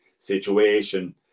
situation